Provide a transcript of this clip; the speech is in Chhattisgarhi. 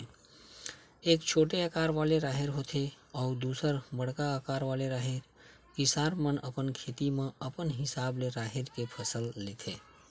एक छोटे अकार वाले राहेर होथे अउ दूसर बड़का अकार वाले राहेर, किसान मन अपन खेत म अपन हिसाब ले राहेर के फसल लेथे